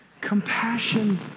Compassion